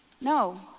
No